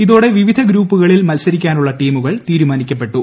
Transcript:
ഇതോടെ വിവിധ ഗ്രൂപ്പുകളിൽ മത്സരിക്കാനുള്ള ടീമുകൾ തീരുമാനിക്കപ്പെട്ടു